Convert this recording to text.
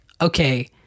okay